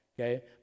okay